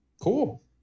Cool